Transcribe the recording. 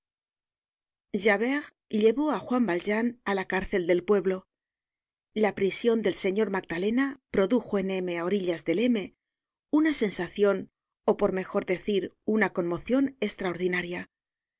javert llevó á juan valjean á la cárcel del pueblo la prision del señor magdalena produjo en m á orillas del m una sensacion ó por mejor decir una conmocion estrardinaria